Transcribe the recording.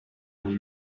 gli